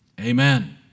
Amen